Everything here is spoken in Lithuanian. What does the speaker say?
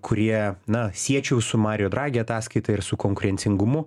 kurie na siečiau su mario dragi ataskaita ir su konkurencingumu